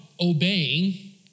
obeying